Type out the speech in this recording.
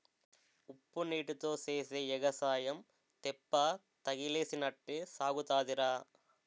ఉప్పునీటీతో సేసే ఎగసాయం తెప్పతగలేసినట్టే సాగుతాదిరా